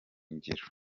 ngiro